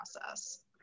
process